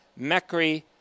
Mekri